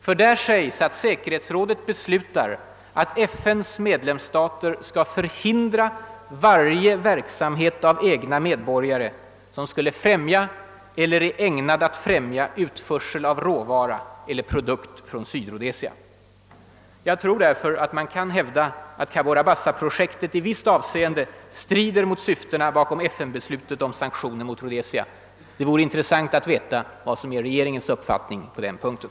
Där sägs nämligen att säkerhetsrådet beslutar att FN:s medlemsstater skall förhindra »varje verk samhet av egna medborgare ——— som skulle främja eller är ägnad att främja utförsel av råvara eller produkt från Sydrhodesia ———.» Jag tror därför man kan hävda att Cabora Bassa-projektet i vissa avseenden strider mot syftena bakom FN-beslutet om sanktioner mot Rhodesia. Det vore intressant att höra vad som är regeringens uppfattning på den punkten.